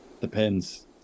Depends